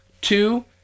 two